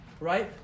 right